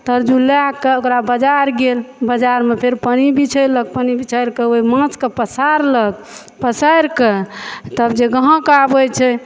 तराजु लए कऽ ओकरा बजार गेल बजारमे फेर पनी बिछेलक पनी बिछा कऽ ओहि माँछके पसारलक पसारि कऽ तब जे गाँहक आबै छै